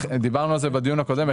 דיברנו על זה בדיון הקודם.